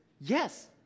yes